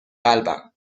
قلبم